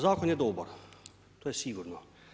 Zakon je dobar, to je sigurno.